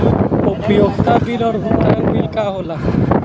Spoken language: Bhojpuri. उपयोगिता बिल और भुगतान बिल का होला?